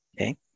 Okay